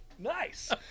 nice